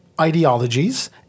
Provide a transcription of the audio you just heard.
ideologies